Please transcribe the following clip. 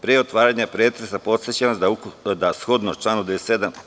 Pre otvaranja pretresa, podsećam vas da, shodno članu 97.